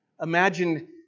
Imagine